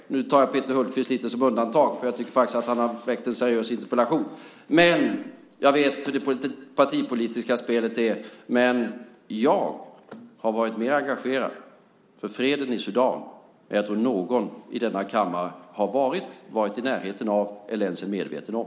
Jag tycker att Peter Hultqvist är ett undantag eftersom han har väckt en seriös interpellation. Men jag vet hur det partipolitiska spelet är. Men jag har varit mer engagerad för freden i Sudan än vad jag tror att någon i denna kammare har varit, varit i närheten av eller ens är medveten om.